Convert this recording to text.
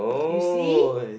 you see